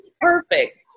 perfect